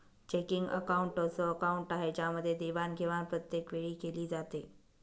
checking account अस account आहे ज्यामध्ये देवाणघेवाण प्रत्येक वेळी केली जाते